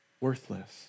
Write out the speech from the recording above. worthless